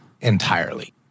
entirely